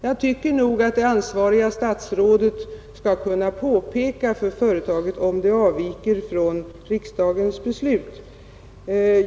Jag tycker allt att det ansvariga statsrådet skall kunna påpeka för företaget om det avviker från riksdagens beslut.